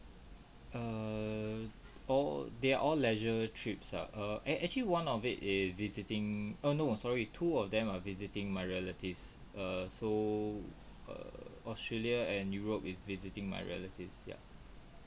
err all they're all leisure trips ah ac~ actually one of it is visiting uh no sorry two of them are visiting my relatives err so err australia and europe is visiting my relatives ya